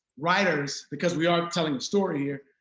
writers, because we are telling a story here,